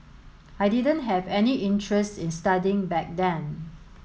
I didn't have any interest in studying back then